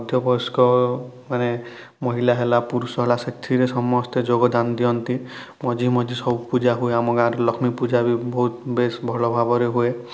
ମଧ୍ୟ ବୟସ୍କ ମାନେ ମହିଳା ହେଲା ପୁରୁଷ ହେଲା ସେଥିରେ ସମସ୍ତେ ଯୋଗ ଦାନ ଦିଅନ୍ତି ମଝି ମଝି ସବୁ ପୂଜା ହୁଏ ଆମ ଗାଁରେ ଲକ୍ଷ୍ମୀ ପୂଜା ବି ବହୁତ ବେଶ୍ ଭଲ ଭାବରେ ହୁଏ